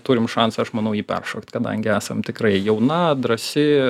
turim šansą aš manau jį peršokt kadangi esam tikrai jauna drąsi